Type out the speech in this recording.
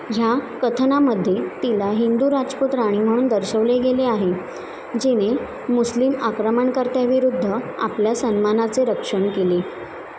ह्या कथनामध्ये तिला हिंदू राजपूत राणी म्हणून दर्शवले गेले आहे जिने मुस्लिम आक्रमणकर्त्याविरुद्ध आपल्या सन्मानाचे रक्षण केले